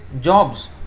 jobs